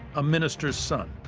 a minister's son.